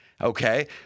Okay